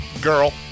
girl